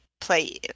play